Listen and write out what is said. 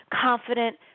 confident